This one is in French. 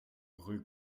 rue